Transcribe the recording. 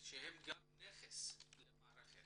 שהם גם נכס למערכת,